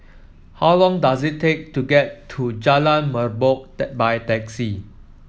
how long does it take to get to Jalan Merbok by taxi